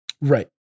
Right